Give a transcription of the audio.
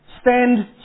stand